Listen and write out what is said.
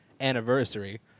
anniversary